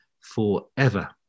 forever